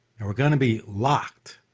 and we're gonna be locked.